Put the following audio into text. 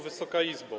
Wysoka Izbo!